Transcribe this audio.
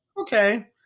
okay